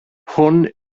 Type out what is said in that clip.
hwn